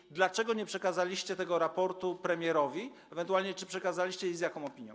I dlaczego nie przekazaliście tego raportu premierowi, ewentualnie czy przekazaliście i z jaką opinią?